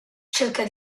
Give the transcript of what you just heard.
cerca